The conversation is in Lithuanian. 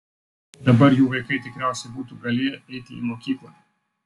dabar jų vaikai tikriausiai būtų galėję eiti į mokyklą